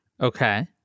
Okay